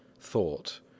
thought